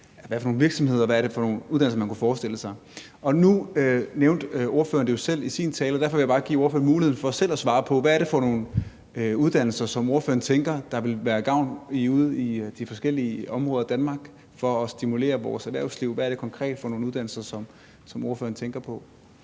hvad er det for nogle uddannelser, man kunne forestille sig. Og nu nævnte ordføreren det jo selv i sin tale, og derfor vil jeg bare give ordføreren muligheden for selv at svare på, hvad det er for nogle uddannelser, som ordføreren tænker ville gavne ude i de forskellige områder af Danmark og stimulere vores erhvervsliv. Hvad er det konkret for nogle uddannelser, som ordføreren tænker på?